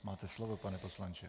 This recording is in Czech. Máte slovo, pane poslanče.